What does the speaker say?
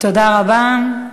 תודה רבה,